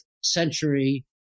century